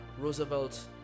Roosevelt